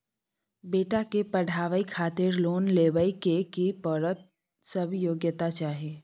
बेटा के पढाबै खातिर लोन लेबै के की सब योग्यता चाही?